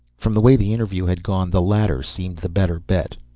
from the way the interview had gone the latter seemed the better bet.